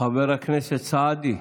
חבר הכנסת סעדי,